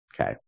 Okay